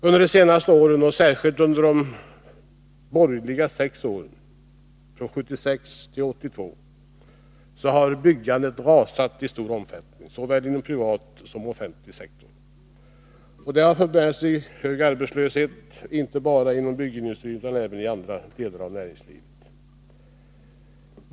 Under de senaste åren, särskilt under de borgerliga sex åren 1976-1982, har byggandet rasat i stor omfattning inom såväl privat som offentlig sektor. Detta har fört med sig stor arbetslöshet, inte bara inom byggnadsindustrin utan även i andra delar av näringslivet.